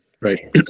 right